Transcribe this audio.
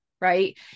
Right